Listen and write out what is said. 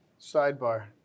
Sidebar